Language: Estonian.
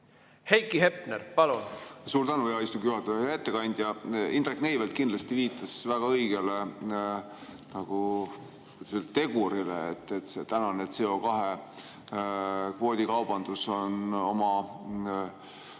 Heiki Hepner, palun! Suur tänu, hea istungi juhataja! Hea ettekandja! Indrek Neivelt kindlasti viitas väga õigele tegurile, et tänane CO2‑kvoodi kaubandus on oma